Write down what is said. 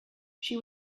she